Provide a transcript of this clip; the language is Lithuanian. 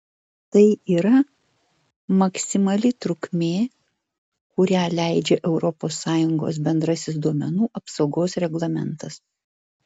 tai yra maksimali trukmė kurią leidžia europos sąjungos bendrasis duomenų apsaugos reglamentas